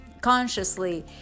consciously